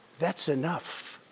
that's enough.